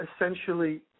essentially